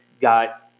got